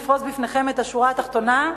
לפרוס בפניכם את השורה התחתונה,